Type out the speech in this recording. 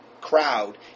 crowd